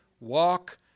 walk